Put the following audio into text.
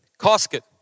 casket